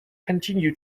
continue